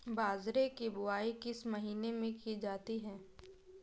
बाजरे की बुवाई किस महीने में की जाती है?